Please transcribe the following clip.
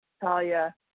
Talia